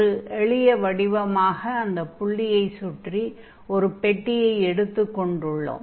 ஒரு எளிய வடிவமாக அந்த புள்ளியைச் சுற்றி ஒரு பெட்டியை எடுத்துக் கொண்டுள்ளோம்